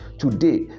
Today